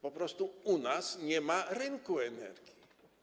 Po prostu u nas nie ma rynku energii.